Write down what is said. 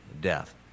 death